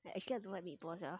actually I don't like meatball sia